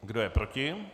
Kdo je proti?